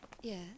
Yes